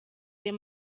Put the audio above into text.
ayo